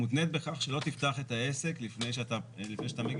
מותנה בכך שלא תפתח את העסק לפני שאתה מגיש.